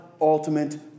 ultimate